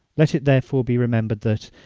let it therefore be remembered, that,